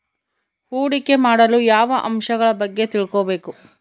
ಹೂಡಿಕೆ ಮಾಡಲು ಯಾವ ಅಂಶಗಳ ಬಗ್ಗೆ ತಿಳ್ಕೊಬೇಕು?